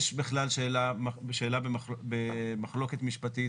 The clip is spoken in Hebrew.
יש בכלל שאלה במחלוקת משפטית,